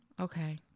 okay